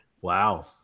wow